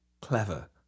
Clever